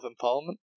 Parliament